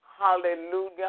Hallelujah